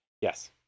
yes